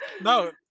no